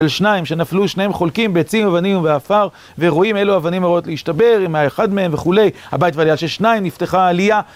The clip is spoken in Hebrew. שניים שנפלו, שניהם חולקים בעצים, אבנים ובאפר ורואים אלו אבנים הראויות להשתבר עם האחד מהם, וכולי, הבית ועלייה של שניים נפתחה העלייה